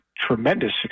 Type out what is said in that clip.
tremendous